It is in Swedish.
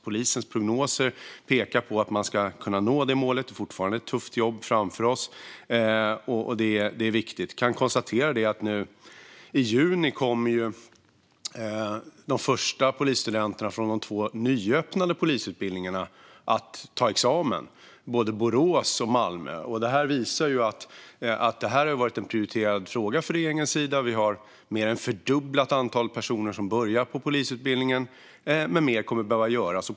Polisens prognoser pekar på att man ska kunna nå detta mål. Det ligger fortfarande ett tufft jobb framför oss. Men det är viktigt. Jag kan konstatera att i juni kommer de första polisstudenterna från de två nyöppnade polisutbildningarna i Borås och Malmö att ta examen. Detta visar att detta har varit en prioriterad fråga för regeringen. Vi har mer än fördubblat antalet personer som börjar på polisutbildningen. Men mer kommer att behöva göras.